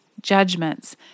judgments